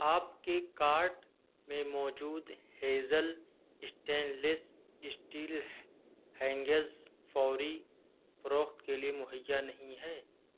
آپ کے کارٹ میں موجود ہیزل اسٹینلیس سٹیل ہینگرز فوری فروخت کے لیے مہیا نہیں ہے